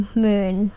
moon